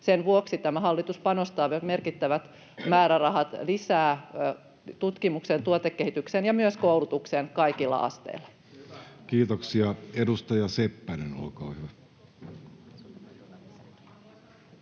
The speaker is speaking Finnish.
Sen vuoksi tämä hallitus panostaa merkittävät määrärahat lisää tutkimukseen, tuotekehitykseen ja myös koulutukseen kaikilla asteilla. [Speech 38] Speaker: